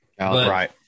right